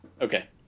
Okay